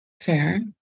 Fair